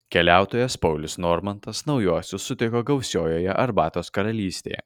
keliautojas paulius normantas naujuosius sutiko gausiojoje arbatos karalystėje